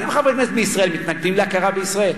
אתם, חברי כנסת בישראל, מתנגדים להכרה בישראל?